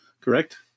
Correct